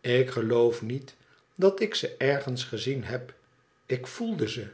ik geloof niet dat ik ze ergens gezien heb ik voelde ze